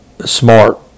smart